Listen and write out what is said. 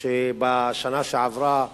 שבשנה שעברה